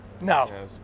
No